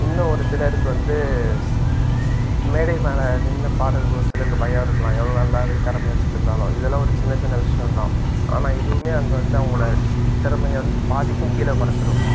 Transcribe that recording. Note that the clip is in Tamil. இன்னும் ஒரு சிலருக்கு வந்து மேடை மேல் நின்று பாடுறதுக்கு ஒரு சிலருக்கு பயம் இருக்கலாம் எவ்வளோ நல்ல திறமை வச்சுட்டுருந்தாலும் இதெல்லாம் ஒரு சின்ன சின்ன விஷயோந்தான் ஆனால் இதுவும் அங்கே வந்து அவங்களோட திறமையை வந்து பாதிக்கும் கீழே கொறைச்சுடும்